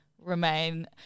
remain